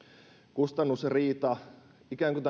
kustannusriita on ikään kuin